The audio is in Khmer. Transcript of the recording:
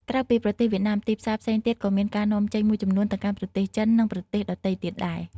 ក្រៅពីប្រទេសវៀតណាម ទីផ្សារផ្សេងទៀតក៏មានការនាំចេញមួយចំនួនទៅកាន់ប្រទេសចិន និងប្រទេសដទៃទៀតដែរ។